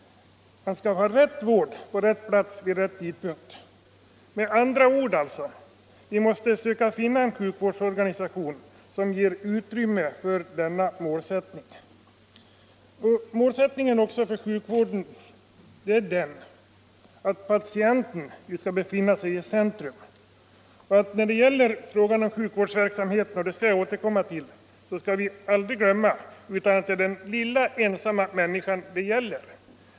Man skall ha rätt vård, på rätt plats, vid rätt tidpunkt. Med andra ord: Vi måste söka finna en sjukvårdsorganisation som ger utrymme för denna målsättning. Målsättningen för sjukvården är även den att patienten skall befinna sig i centrum. I sjukvårdsverksamheten — det skall jag återkomma till —- får vi aldrig glömma att det är den lilla, ensamma människan det gäller.